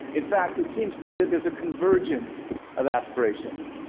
in fact, it seems to me that there's a convergence of aspirations.